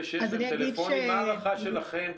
מה ההערכה שלכם,